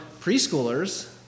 preschoolers